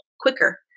quicker